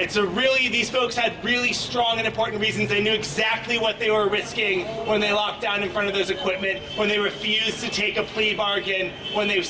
it's a really these folks had really strong and important reasons they knew exactly what they were risking when they locked down in front of this equipment when they refused to take a plea bargain when they